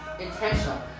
intentional